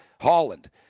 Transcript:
Holland